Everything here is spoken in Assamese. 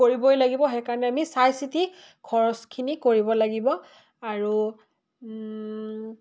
কৰিবই লাগিব সেইকাৰণে আমি চাই চিতি খৰচখিনি কৰিব লাগিব আৰু